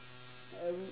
every